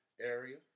area